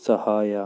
ಸಹಾಯ